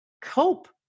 cope